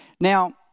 now